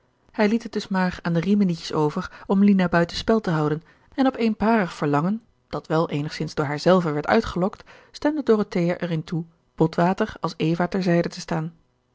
hij liet het dus maar aan de riminietjes over om lina buiten spel te houden en op eenparig verlangen dat wel eenigzins door haar zelve werd uitgelokt stemde dorothea er in toe botwater als eva ter zijde te staan